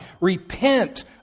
Repent